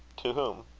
to whom?